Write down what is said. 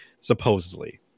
Supposedly